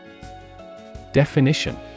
Definition